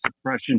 suppression